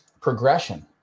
progression